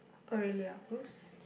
oh really ah !oops!